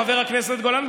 חבר הכנסת גולן,